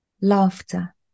laughter